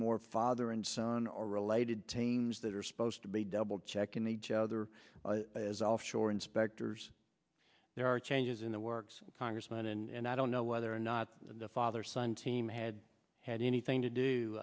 more father and son or related teams that are supposed to be double check in each other as offshore inspectors there are changes in the works congressman and i don't know whether or not the father son team had had anything and to do